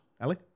Ellie